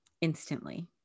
instantly